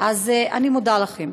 אני מודה לכם.